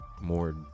more